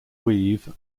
weave